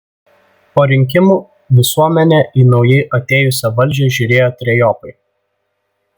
po rinkimų visuomenė į naujai atėjusią valdžią žiūrėjo trejopai